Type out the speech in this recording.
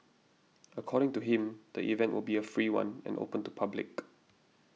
according to him the event will be a free one and open to public